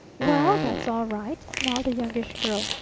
well, that's all right, smiled the youngish girl.